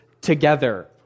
together